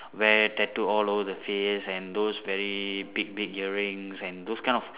wear tattoo all over the face and those very big big earrings and those kind of